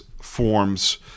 forms –